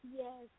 yes